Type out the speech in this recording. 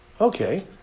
Okay